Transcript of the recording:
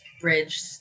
bridge